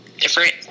different